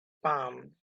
palm